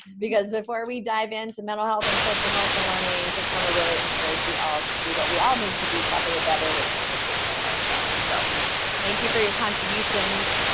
because before we dive into mental health and social-emotional learning, i just want to really encourage you all to do what we all need to do probably better, which is to take care of ourselves. so thank you for your contributions.